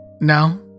Now